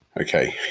Okay